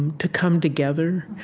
to come together.